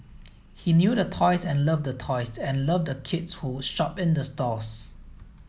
he knew the toys and loved the toys and loved the kids who would shop in the stores